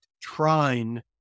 trine